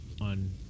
on